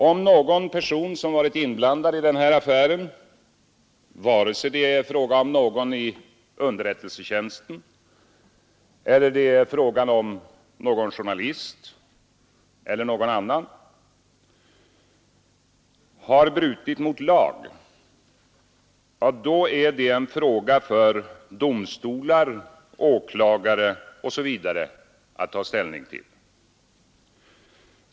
Om någon person som varit inblandad i affären — vare sig det är fråga om någon i underrättelsetjänsten eller det är fråga om någon journalist eller någon annan — har brutit mot lag, är det en fråga för domstolar, åklagare osv. att ta ställning till.